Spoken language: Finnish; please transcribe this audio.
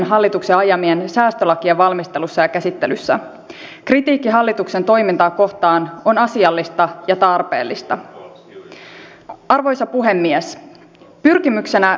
etenkin reserviläisiä voimme kutsua kertausharjoituksiin nykyistä kolmen kuukauden aikaa lyhyemmässä ajassa ja voimme esimerkiksi varusmiesten käyttöä pohtia laajemmin